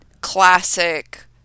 classic